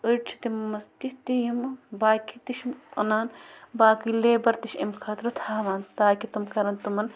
أڑۍ چھِ تِمَن منٛز تِتھۍ تہِ یِمہٕ باقی تہِ چھِ یِم اَنان باقٕے لیبَر تہِ چھِ امۍ خٲطرٕ تھاوان تاکہِ تم کَرَن تٕمَن